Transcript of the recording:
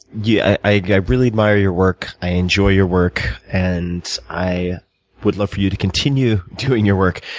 yeah i i really admire your work. i enjoy your work, and i would love for you to continue doing your work,